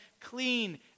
clean